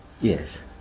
Yes